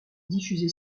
diffusée